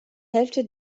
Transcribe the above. hälfte